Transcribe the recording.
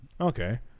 Okay